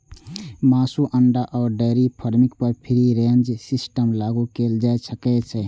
मासु, अंडा आ डेयरी फार्मिंग पर फ्री रेंज सिस्टम लागू कैल जा सकै छै